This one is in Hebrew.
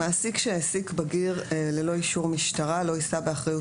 מעסיק שהעסיק בגיר ללא אישור המשטרה לא יישא באחריות